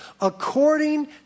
according